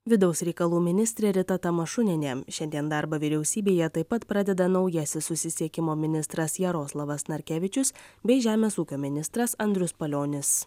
vidaus reikalų ministrė rita tamašunienė šiandien darbą vyriausybėje taip pat pradeda naujasis susisiekimo ministras jaroslavas narkevičius bei žemės ūkio ministras andrius palionis